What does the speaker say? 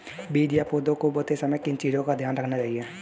बीज या पौधे को बोते समय किन चीज़ों का ध्यान रखना चाहिए?